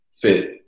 fit